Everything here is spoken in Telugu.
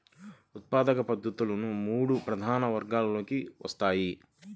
ఉత్పాదక పద్ధతులు మూడు ప్రధాన వర్గాలలోకి వస్తాయి